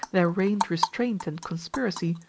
there reigned restraint and conspiracy,